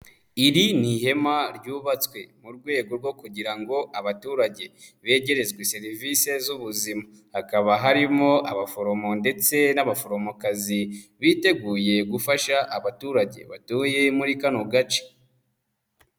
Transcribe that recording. Iri ni ihema ryubatswe mu rwego rwo kugira ngo abaturage begerezwe serivisi z'ubuzima, hakaba harimo abaforomo ndetse n'abaforomokazi biteguye gufasha abaturage batuye muri kano gace.